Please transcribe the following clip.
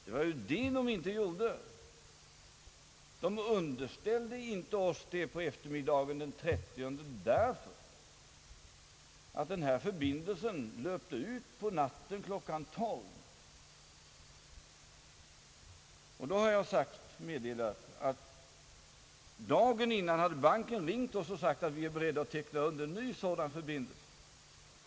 Det var detta man inte gjorde — man underställde oss inte det på eftermiddagen den 30 därför att förbindelsen löpte ut klockan 12 på natten. Jag har meddelat att banken dagen innan hade ringt oss och förklarat att man var beredd att underteckna en ny sådan förbindelse.